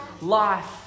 life